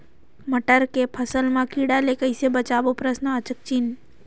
मटर के फसल मा कीड़ा ले कइसे बचाबो?